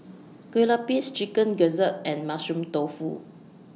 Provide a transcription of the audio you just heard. Kue Lupis Chicken Gizzard and Mushroom Tofu